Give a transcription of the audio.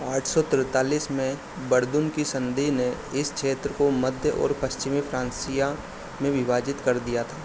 आठ सौ तेँतालीस में वर्दुन की सन्धि ने इस क्षेत्र को मध्य और पश्चिमी फ्रान्सिया में विभाजित कर दिया था